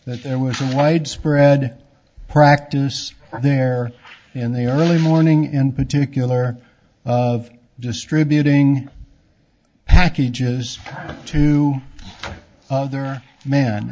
that there was a widespread practice there in the early morning in particular of distributing packages to other m